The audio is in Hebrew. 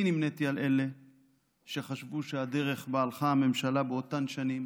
אני נמניתי עם אלה שחשבו שהדרך שבה הלכה הממשלה באותן שנים